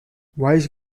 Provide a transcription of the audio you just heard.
vice